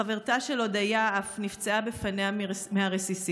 חברתה של הודיה אף נפצעה בפניה מהרסיסים.